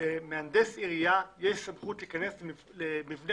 למהנדס עירייה יש סמכות להיכנס למבנה